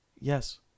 Yes